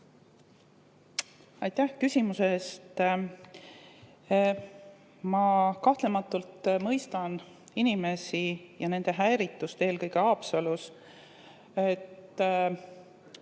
Aitäh küsimuse eest! Ma kahtlematult mõistan inimesi ja nende häiritust, eelkõige Haapsalus.